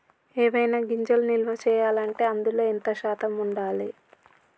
ఏవైనా గింజలు నిల్వ చేయాలంటే అందులో ఎంత శాతం ఉండాలి?